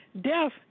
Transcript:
death